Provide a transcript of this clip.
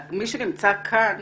מי שנמצא כאן,